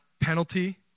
penalty